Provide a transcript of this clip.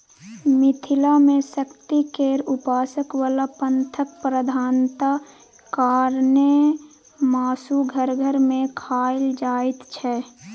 मिथिला मे शक्ति केर उपासक बला पंथक प्रधानता कारणेँ मासु घर घर मे खाएल जाइत छै